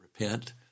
Repent